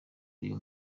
uyu